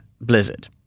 Blizzard